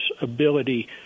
ability